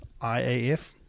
IAF